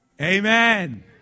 Amen